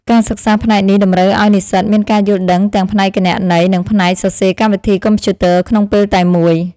ការសិក្សាផ្នែកនេះតម្រូវឱ្យនិស្សិតមានការយល់ដឹងទាំងផ្នែកគណនេយ្យ និងផ្នែកសរសេរកម្មវិធីកុំព្យូទ័រក្នុងពេលតែមួយ។